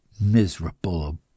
Miserable